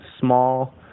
small